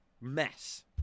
mess